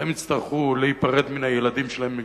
הן יצטרכו להיפרד מהילדים שלהן,